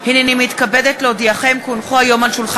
אני עומד על ההבחנה